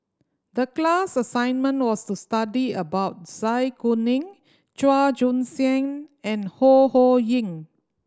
the class assignment was to study about Zai Kuning Chua Joon Siang and Ho Ho Ying